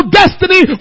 destiny